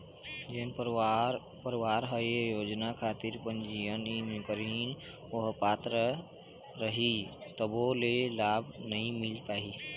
जेन परवार ह ये योजना खातिर पंजीयन नइ करही ओ ह पात्र रइही तभो ले लाभ नइ मिल पाही